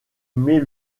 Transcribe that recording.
met